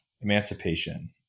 Emancipation